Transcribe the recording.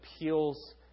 appeals